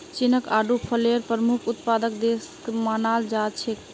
चीनक आडू फलेर प्रमुख उत्पादक देश मानाल जा छेक